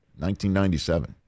1997